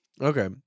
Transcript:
Okay